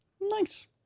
Nice